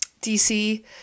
DC